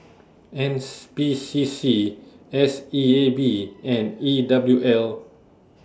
N S P C C S E A B and E W L